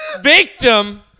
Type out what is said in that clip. Victim